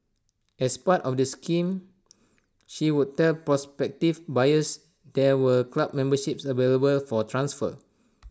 as part of the scam she would tell prospective buyers there were club memberships available for transfer